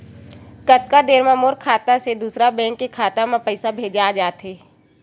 कतका देर मा मोर खाता से दूसरा बैंक के खाता मा पईसा भेजा जाथे?